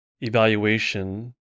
evaluation